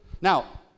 Now